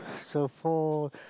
so for